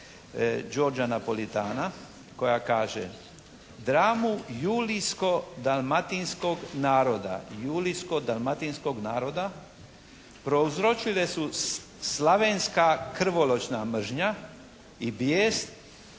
"Dramu julijsko-dalmatinskog naroda" julijsko-dalmatinskog naroda "prouzročile su "slavenska krvoločna mržnja i bijes